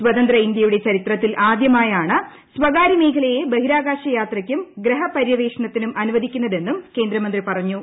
സ്വതന്ത്ര ഇന്ത്യയുടെ ചരിത്രത്തിൽ ആദ്യമായാണ് സ്വകാര്യമേഖലയെ ബഹിരാകാശ യാത്രയ്ക്കും ഗ്രഹ പര്യവേക്ഷണത്തിനും അനുവദിക്കുന്നതെന്നും കേന്ദ്രമന്ത്രി പറഞ്ഞു